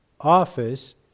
office